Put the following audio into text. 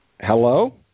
Hello